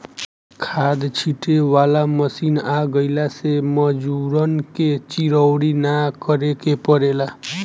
खाद छींटे वाला मशीन आ गइला से मजूरन के चिरौरी ना करे के पड़ेला